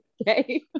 okay